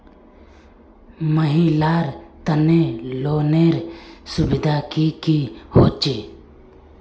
महिलार तने लोनेर सुविधा की की होचे?